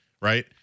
right